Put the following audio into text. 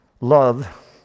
love